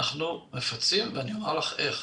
אנחנו מפצים ואני אומר לך איך.